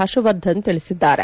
ಹರ್ಷವರ್ಧನ್ ತಿಳಿಸಿದ್ದಾರೆ